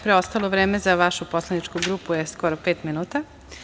Preostalo vreme za vašu poslaničku grupu je skoro pet minuta.